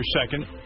second